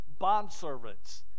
Bondservants